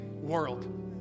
world